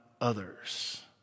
others